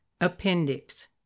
Appendix